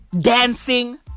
Dancing